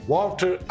Walter